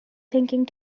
thinking